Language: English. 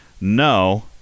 No